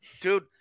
dude